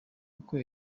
uko